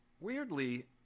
Weirdly